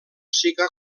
siga